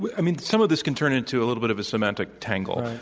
but i mean, some of this can turn into a little bit of a semantic tangle.